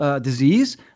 disease